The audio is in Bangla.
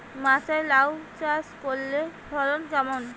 মাচায় লাউ চাষ করলে ফলন কেমন?